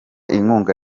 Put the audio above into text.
inkunga